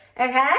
Okay